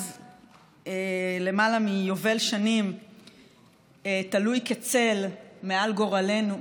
שלמעלה מיובל שנים תלוי כצל מעל גורלנו,